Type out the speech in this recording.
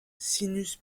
sinus